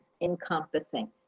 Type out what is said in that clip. encompassing